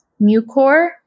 mucor